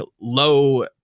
low